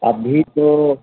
ابھی تو